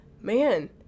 man